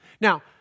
Now